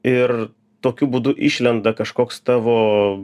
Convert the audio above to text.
ir tokiu būdu išlenda kažkoks tavo